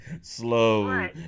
slow